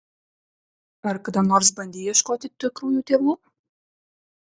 ar kada nors bandei ieškoti tikrųjų tėvų